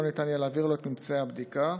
לא ניתן יהיה להעביר לו את ממצאי הבדיקה.